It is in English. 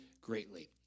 greatly